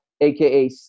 aka